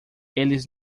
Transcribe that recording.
eles